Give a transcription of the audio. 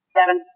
Seven